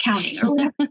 counting